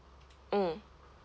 mm